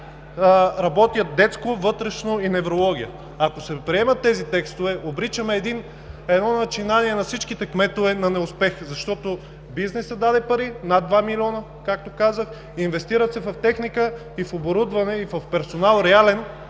работят детско, вътрешно и неврология. Ако се приемат тези текстове, обричаме едно начинание на всичките кметове на неуспех, защото бизнесът даде пари – над 2 милиона, както казах, инвестират се в техника и в оборудване, и в реален